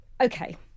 Okay